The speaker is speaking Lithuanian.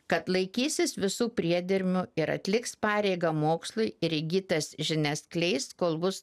kad laikysis visų priedermių ir atliks pareigą mokslui ir įgytas žinias skleis kol bus